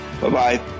Bye-bye